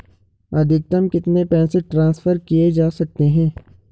अधिकतम कितने पैसे ट्रांसफर किये जा सकते हैं?